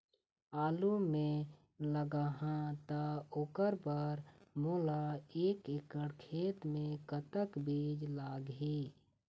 आलू मे लगाहा त ओकर बर मोला एक एकड़ खेत मे कतक बीज लाग ही?